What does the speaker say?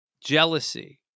jealousy